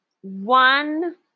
One